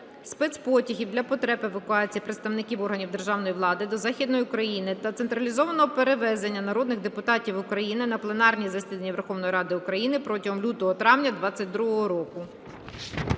спецпотягів для потреб евакуації представників органів державної влади до Західної України та централізованого перевезення народних депутатів України на пленарні засідання Верховної Ради України протягом лютого-травня 2022 року.